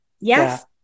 Yes